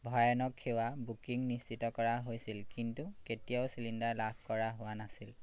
ভয়ানক সেৱা বুকিং নিশ্চিত কৰা হৈছিল কিন্তু কেতিয়াও চিলিণ্ডাৰ লাভ কৰা হোৱা নাছিল